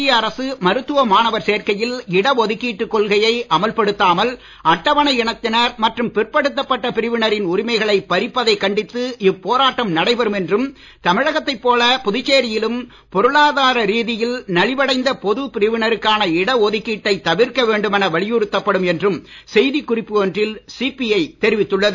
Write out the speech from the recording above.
மத்திய அரசு மருத்துவ மாணவர் சேர்க்கையில் இட ஒதுக்கீட்டுக் கொள்கையை அமல் படுத்தாமல் அட்டவணை இனத்தினர் மற்றும் பிற்படுத்தப் பட்ட பிரிவினரின் உரிமைகளைப் பறிப்பதைக் கண்டித்து இப்போராட்டம் நடைபெறும் என்றும் தமிழகத்தைப் போல புதுச்சேரி யிலும் பொருளாதார ரீதியில் நலிவடைந்த பொதுப் பிரிவினருக்கான இட ஒதுக்கீட்டைத் தவிர்க்க வேண்டுமென வலியுறுத்தப் படும் என்றும் செய்திக்குறிப்பு ஒன்றில் சிபிஐ தெரிவித்துள்ளது